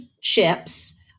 chips